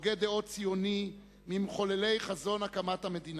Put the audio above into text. הוגה דעות ציוני ממחוללי חזון הקמת המדינה,